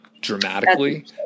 dramatically